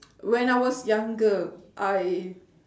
when I was younger I